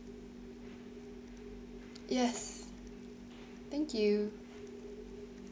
yes thank you